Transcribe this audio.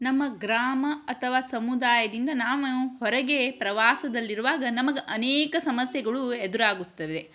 ನಮ್ಮ ಗ್ರಾಮ ಅಥವಾ ಸಮುದಾಯದಿಂದ ನಾನು ಹೊರಗೆ ಪ್ರವಾಸದಲ್ಲಿರುವಾಗ ನಮಗೆ ಅನೇಕ ಸಮಸ್ಯೆಗಳು ಎದುರಾಗುತ್ತವೆ